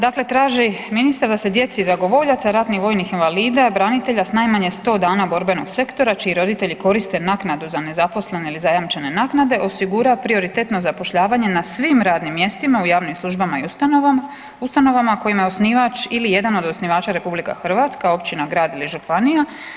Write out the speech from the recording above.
Dakle, traži ministar da se djeci dragovoljaca, ratnih vojnih invalida, branitelja s najmanje 100 dana borbenog sektora čiji roditelji koriste naknadu za nezaposlene ili zajamčene naknade osigura prioritetno zapošljavanje na svim radnim mjestima u javnim službama i ustanovama kojima je osnivač ili jedan od osnivača Republika Hrvatska, općina, grad ili županija.